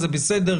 זה בסדר.